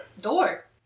door